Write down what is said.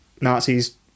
Nazis